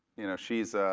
you know she's